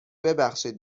ببخشید